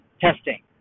testing